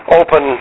open